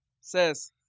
says